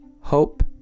hope